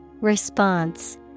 Response